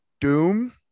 Doom